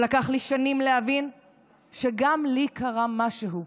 אבל לקח לי שנים להבין שגם לי קרה משהו,